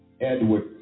Edward